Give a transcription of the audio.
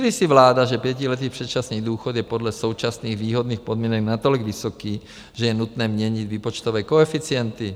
Myslí si vláda, že pětiletý předčasný důchod je podle současných výhodných podmínek natolik vysoký, že je nutné měnit výpočtové koeficienty?